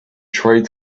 tried